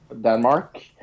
Denmark